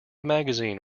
magazine